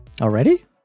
already